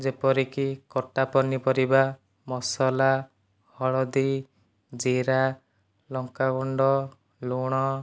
ଯେପରିକି କଟା ପନିପରିବା ମସଲା ହଳଦୀ ଜିରା ଲଙ୍କାଗୁଣ୍ଡ ଲୁଣ